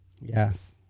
Yes